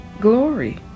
Glory